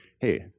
Hey